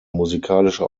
musikalische